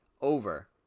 over